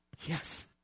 yes